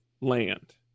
land